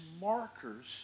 markers